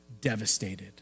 devastated